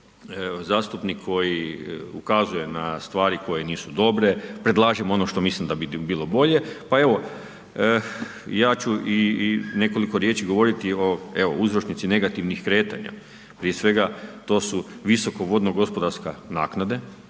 zastupnik koji ukazuje na stvari koje nisu dobre, predlažem ono što mislim da bi bilo bolje. Pa evo, ja ću i nekoliko riječi govoriti o evo uzročnici negativnih kretanja. Prije svega to su visoko vodno gospodarske naknade.